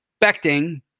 expecting